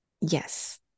Yes